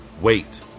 Wait